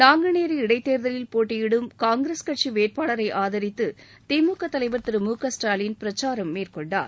நாங்குநேரி இடைத்தேர்தலில் போட்டியிடும் காங்கிரஸ் கட்சி வேட்பாளரை ஆதரித்து திமுக தலைவர் திரு மு க ஸ்டாலின் பிரச்சாரம் மேற்கொண்டார்